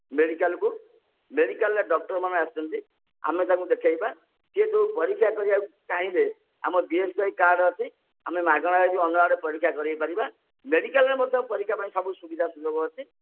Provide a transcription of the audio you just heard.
ମେଡ଼ିକାଲ୍କୁ ମେଡ଼ିକାଲ୍ରେ ଡକ୍ଟର୍ମାନେ ଆସିଛନ୍ତି ଆମେ ତାଙ୍କୁ ଦେଖେଇବା ସିଏ ଯେଉଁ ପରୀକ୍ଷା କରିବାକୁ ଚାହିଁବେ ଆମ B S K Y card ଅଛି ଆମେ ମାଗଣାରେ ବି ଅନ୍ୟ ଆଡ଼େ ପରୀକ୍ଷା କରେଇପାରିବା ମେଡ଼ିକାଲ୍ରେ ମଧ୍ୟ ପରୀକ୍ଷା ପାଇଁ ସବୁ ସୁବିଧା ସୁଯୋଗ ଅଛି